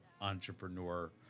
Entrepreneur